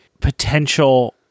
potential